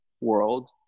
world